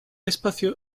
espacio